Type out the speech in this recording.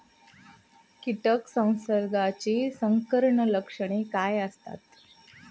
कीटक संसर्गाची संकीर्ण लक्षणे काय असतात?